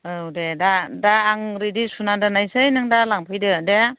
औ दे दा दा आं रेडि सुना दोननोसै नों दा लांफैदो दे